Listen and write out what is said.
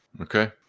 Okay